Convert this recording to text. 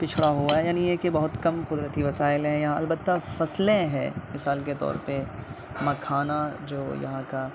پچھڑا ہوا ہے یعنی یہ کہ بہت کم قدرتی وسائل ہیں یہاں البتہ فصلیں ہے وسائل کے طور پہ مکھانا جو یہاں کا